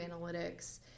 analytics